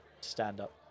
stand-up